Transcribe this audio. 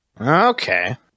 Okay